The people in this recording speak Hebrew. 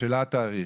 השאלה התאריך,